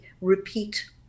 repeat